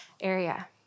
area